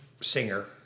singer